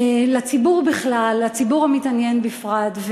לציבור בכלל ולציבור המתעניין בפרט.